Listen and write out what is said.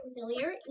familiar